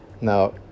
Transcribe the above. Now